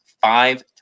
five